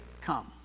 come